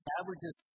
averages